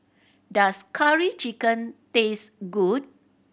does Curry Chicken taste good